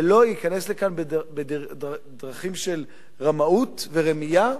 ולא ייכנס לכאן בדרכים של רמאות ורמייה.